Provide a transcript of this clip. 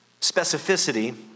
specificity